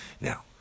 Now